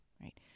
Right